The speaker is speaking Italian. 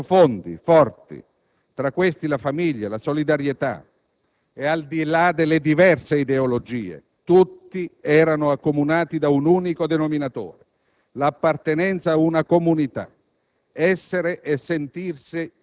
ma valori veri, semplici, profondi, forti. Tra questi la famiglia, la solidarietà e al di là delle diverse ideologie tutti erano accomunati da un unico denominatore: l'appartenenza ad una comunità,